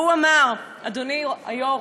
והוא אמר אדוני היושב-ראש,